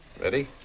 Ready